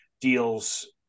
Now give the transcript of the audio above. deals